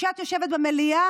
כשאת יושבת במליאה,